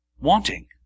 wanting